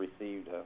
received